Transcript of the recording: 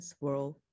world